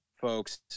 folks